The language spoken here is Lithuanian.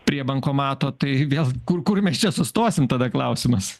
prie bankomato tai vėl kur kur mes čia sustosim tada klausimas